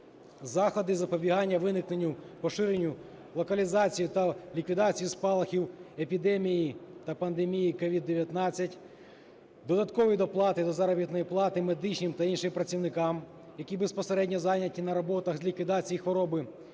заходи із запобігання виникненню, поширенню, локалізації та ліквідації спалахів епідемії та пандемії COVID-19; додаткові доплати до заробітної плати медичним та іншим працівникам, які безпосередньо зайняті на роботах з ліквідації хвороби;